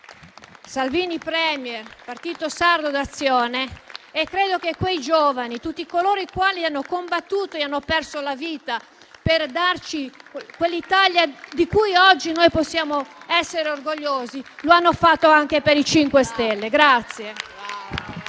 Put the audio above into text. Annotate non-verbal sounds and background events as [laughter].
Lega-Salvini Premier-Partito Sardo d'Azione, [applause] e credo che quei giovani, tutti coloro i quali hanno combattuto e hanno perso la vita per darci quell'Italia di cui oggi noi possiamo essere orgogliosi, lo hanno fatto anche per i 5 Stelle.